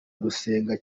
gusenga